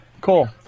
Cool